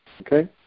Okay